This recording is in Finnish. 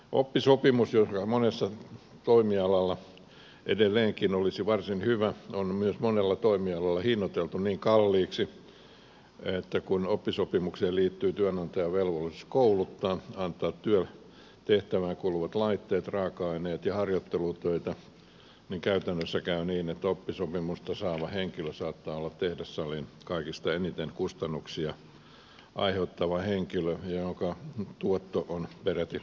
oppisopimus joka monella toimialalla edelleenkin olisi varsin hyvä on myös monella toimialalla hinnoiteltu niin kalliiksi että kun oppisopimukseen liittyy työnantajan velvollisuus kouluttaa antaa työtehtävään kuuluvat laitteet raaka aineet ja harjoittelutöitä niin käytännössä käy niin että oppisopimusta saava henkilö saattaa olla tehdassalin kaikista eniten kustannuksia aiheuttava henkilö jonka tuotto on peräti negatiivinen